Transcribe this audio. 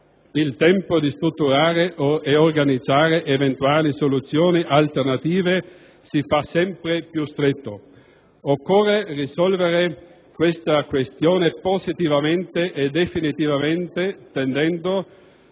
il tempo di strutturare ed organizzare eventuali soluzioni alternative si fa sempre più stretto. Occorre risolvere tale questione positivamente e definitivamente, tenendo